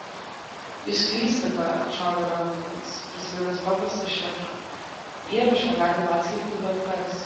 jūs klystate atšovė lengdonas prisiminęs paprastą šifrą įrašą gali perskaityti bet kas